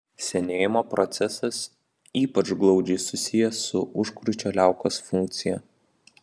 senėjimo procesas ypač glaudžiai susijęs su užkrūčio liaukos funkcija